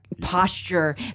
posture